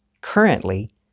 currently